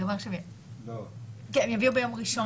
הן יגיעו ביום ראשון.